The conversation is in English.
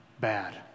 bad